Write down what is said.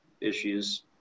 issues